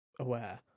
aware